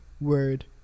word